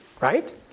right